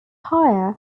higher